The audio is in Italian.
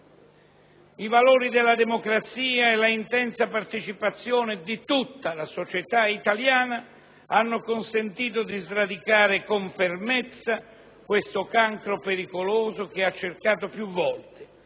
I valori della democrazia e la intensa partecipazione di tutta la società italiana hanno consentito di sradicare con fermezza questo cancro pericoloso, che ha cercato più volte